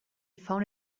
found